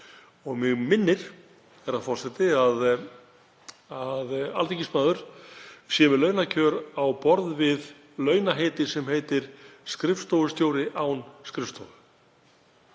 Mig minnir, herra forseti, að alþingismaður sé með launakjör á borð við launaheiti sem heitir skrifstofustjóri án skrifstofu,